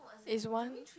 is one